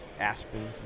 Aspen